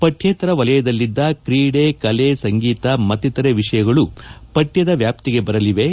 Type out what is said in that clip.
ಪಕ್ಕೇತರ ವಲಯದಲ್ಲಿದ್ದ ತ್ರೀಡೆ ಕಲೆ ಸಂಗೀತ ಮತ್ತಿತರೆ ವಿಷಯಗಳೂ ಪಕ್ಕದ ವ್ಯಾಪ್ತಿಗೆ ಬರಲಿವೆ